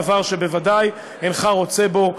דבר שבוודאי אינך רוצה בו,